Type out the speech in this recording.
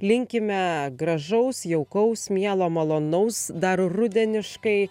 linkime gražaus jaukaus mielo malonaus dar rudeniškai